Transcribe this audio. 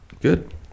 Good